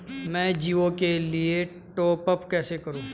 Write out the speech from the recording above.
मैं जिओ के लिए टॉप अप कैसे करूँ?